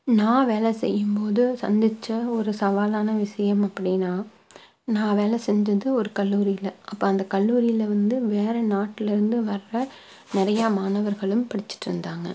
நான் வேலை செய்யும் போது சந்தித்த ஒரு சவாலான விஷயம் அப்படின்னால் நான் வேலை செஞ்சது ஒரு கல்லூரியில் அப்போ அந்த கல்லூரியில் வந்து வேறு நாட்டுலேருந்து வர்ற நிறையா மாணவர்களும் படிச்சுட்டிருந்தாங்க